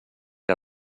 era